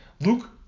Luke